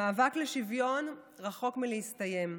המאבק לשוויון רחוק מלהסתיים.